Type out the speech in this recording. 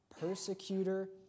persecutor